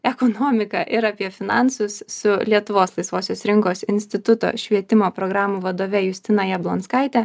ekonomiką ir apie finansus su lietuvos laisvosios rinkos instituto švietimo programų vadove justina jablonskaite